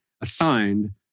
assigned